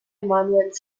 manuel